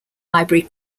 highbury